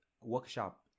workshop